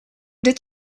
dit